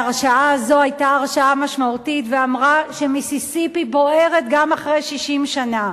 וההרשעה הזו היתה הרשעה משמעותית שאמרה שמיסיסיפי בוערת גם אחרי 60 שנה.